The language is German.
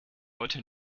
heute